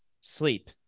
sleep